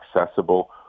accessible